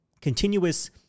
Continuous